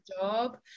job